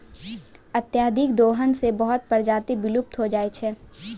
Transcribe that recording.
अत्यधिक दोहन सें बहुत प्रजाति विलुप्त होय जाय छै